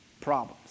problems